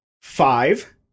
Five